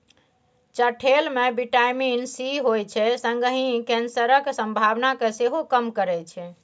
चठेल मे vitamin C होइ छै संगहि कैंसरक संभावना केँ सेहो कम करय छै